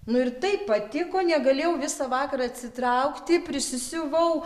nu ir taip patiko negalėjau visą vakarą atsitraukti prisisiuvau